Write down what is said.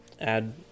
add